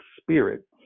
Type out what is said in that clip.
spirit